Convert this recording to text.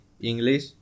English